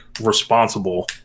responsible